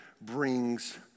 brings